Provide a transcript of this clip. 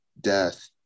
death